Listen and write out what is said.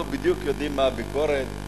אנחנו בדיוק יודעים מה הביקורת.